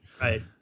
Right